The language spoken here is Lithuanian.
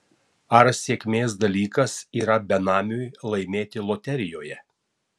ar sėkmės dalykas yra benamiui laimėti loterijoje